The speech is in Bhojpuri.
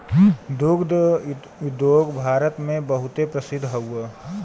दुग्ध उद्योग भारत मे बहुते प्रसिद्ध हौ